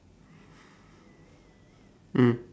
mm